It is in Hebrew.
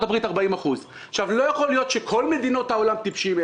הברית 40%. לא יכול להיות שכל מדינות העולם טיפשות.